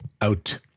out